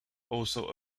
also